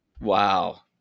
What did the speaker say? Wow